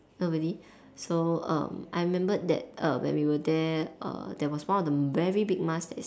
oh really so um I remembered that err when we were there err there was one of the very big masks that is